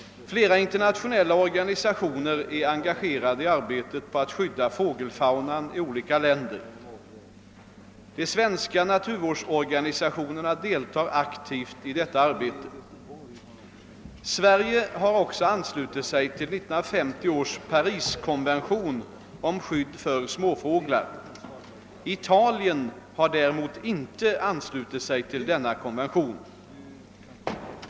Flera internationella organisationer är engagerade i arbetet på att skydda fågelfaunan i olika länder. De svenska naturvårdsorganisationerna deltar aktivt i detta arbete. Sverige har också anslutit sig till 1950 års Pariskonvention om skydd för småfåglar. Italien har däremot inte anslutit sig till denna konvention.